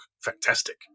Fantastic